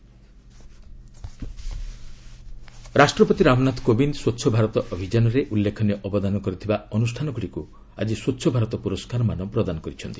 ପ୍ରେଜ୍ ସ୍ୱଚ୍ଛତା ରାଷ୍ଟ୍ରପତି ରାମନାଥ କୋବିନ୍ଦ ସ୍ୱଚ୍ଚ ଭାରତ ଅଭିଯାନରେ ଉଲ୍ଲେଖନୀୟ ଅବଦାନ କରିଥିବା ଅନୁଷ୍ଠାନଗୁଡ଼ିକୁ ଆଜି ସ୍ୱଚ୍ଛ ଭାରତ ପୁରସ୍କାରମାନ ପ୍ରଦାନ କରିଛନ୍ତି